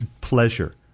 pleasure